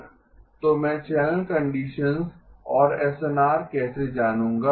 तो मैं channel condition और एसएनआर कैसे जानूँगा